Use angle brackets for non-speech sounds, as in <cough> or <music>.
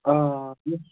آ <unintelligible>